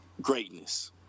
Greatness